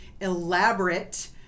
elaborate